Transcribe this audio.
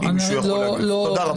תודה.